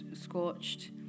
scorched